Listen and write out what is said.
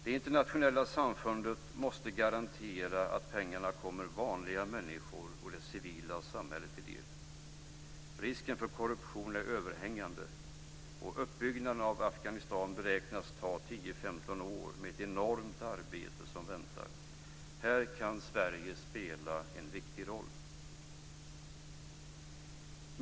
Det internationella samfundet måste nu garantera att pengarna kommer vanliga människor och det civila samhället till del. Risken för korruption är överhängande. Uppbyggnaden av Afghanistan beräknas ta 10-15 år, och det är ett enormt arbete som väntar. Här kan Sverige spela en viktig roll!